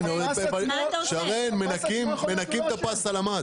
מנקים את הפס וזהו.